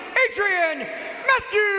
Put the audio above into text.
adrian matthews